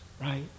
right